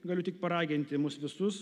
galiu tik paraginti mus visus